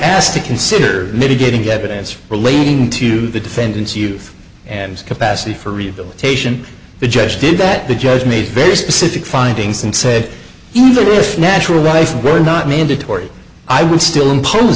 asked to consider mitigating evidence relating to the defendant's youth and capacity for rehabilitation the judge did that the judge made very specific findings and said either this natural place really not mandatory i would still impose